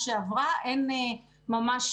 אני רוצה לומר לגבי שני נושאים שכרגע נמצאים